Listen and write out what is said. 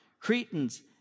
Cretans